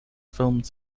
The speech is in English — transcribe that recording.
films